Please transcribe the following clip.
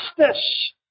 justice